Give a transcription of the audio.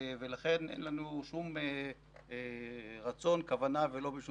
ולכן אין לנו שום רצון או כוונה בשום